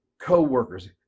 co-workers